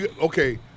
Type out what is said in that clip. Okay